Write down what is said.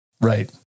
Right